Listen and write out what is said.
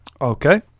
Okay